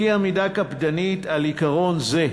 הימנעות מעמידה קפדנית על עיקרון זה,